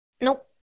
Nope